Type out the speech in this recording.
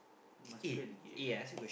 must play the game